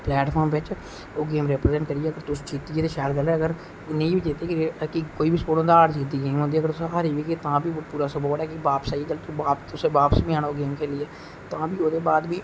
platform बिच ओह् game represent करियै जित्ती गे ते शैल गल्ल ऐ अगर नेईं बी जितगे अगर कि कोई बी स्पोर्ट होंदा हार जित्त दी गेम होंदी ऐ अगर तुस हारी बी गे तां बी पूरा स्पोर्ट ऐ कि बापस ते तुसें बापस बी आना ओह् गेम खेलियै तां बी ओहदे बाद बी